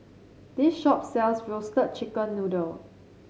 this shop sells Roasted Chicken Noodle